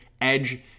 Edge